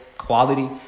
Quality